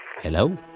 Hello